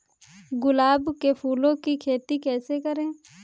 गुलाब के फूल की खेती कैसे करें?